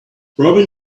robin